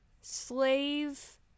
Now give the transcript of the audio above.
slave